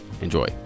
Enjoy